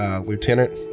Lieutenant